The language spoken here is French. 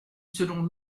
selon